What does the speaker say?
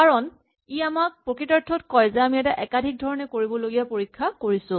কাৰণ ই আমাক প্ৰকৃতাৰ্থত কয় যে আমি এটা একাধিক ধৰণে কৰিবলগীয়া পৰীক্ষা কৰিছো